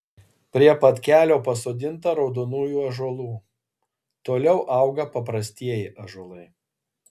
prie pat kelio pasodinta raudonųjų ąžuolų toliau auga paprastieji ąžuolai